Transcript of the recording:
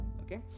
okay